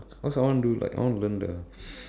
cause I want to do like I want learn the